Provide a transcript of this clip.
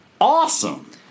awesome